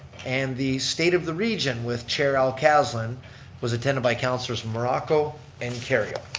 and the state of the region with chair al calzlin was attended by councilor morocco and kerrio.